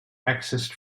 accessed